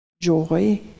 joy